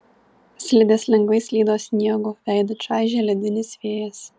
slidės lengvai slydo sniegu veidą čaižė ledinis vėjas